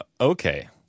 Okay